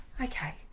okay